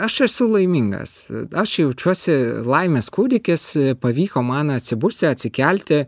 aš esu laimingas aš jaučiuosi laimės kūdikis pavyko man atsibusti atsikelti